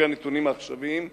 לפי הנתונים העכשוויים,